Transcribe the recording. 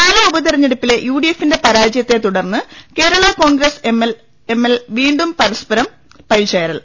പാലാ ഉപതെരഞ്ഞെടുപ്പിലെ യുഡിഎഫിന്റെ പരാജയത്തെ തുടർന്ന് കേരള കോൺഗ്രസ് എം ൽ വീണ്ടും പരസ്പരം പഴിചാ രൽ